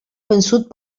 vençut